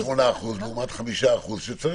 3.8% לעומת 5% שצריכים להיות.